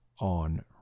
on